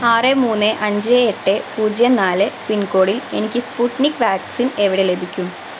ആറ് മൂന്ന് അഞ്ച് എട്ട് പൂജ്യം നാല് പിൻകോഡിൽ എനിക്ക് സ്പുട്നിക് വാക്സിൻ എവിടെ ലഭിക്കും